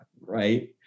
right